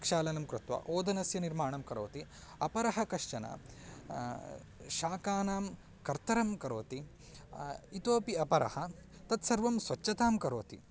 प्रक्षालनं कृत्वा ओदनस्य निर्माणं करोति अपरः कश्चन शाकानां कर्तनं करोति इतोऽपि अपरः तत् सर्वं स्वच्छतां करोति